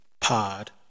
pod